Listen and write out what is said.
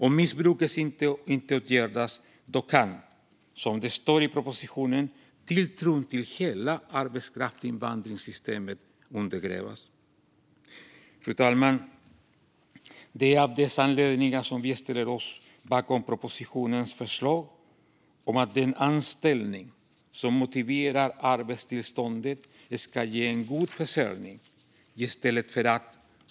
Om missbruket inte åtgärdas kan, som det står i propositionen, tilltron till hela arbetskraftsinvandringssystemet undergrävas. Fru talman! Det är av dessa anledningar som vi ställer oss bakom propositionens förslag att den anställning som motiverar arbetstillståndet ska ge en god försörjning.